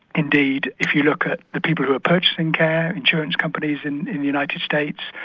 indeed if you look at the people who are purchasing care, insurance companies in in the united states,